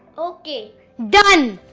ok done.